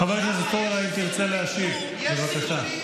חבר הכנסת פורר, אם תרצה להשיב, בבקשה.